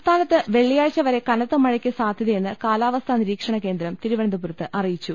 സംസ്ഥാനത്ത് വെളളിയാഴ്ച വരെ കുനത്ത മഴയ്ക്ക് സാധ്യത യെന്ന് കാലാവസ്ഥാ നിരീക്ഷണിക്കേന്ദ്രം തിരുവനന്തപുരത്ത് അറി യിച്ചു